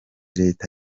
leta